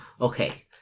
Okay